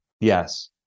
Yes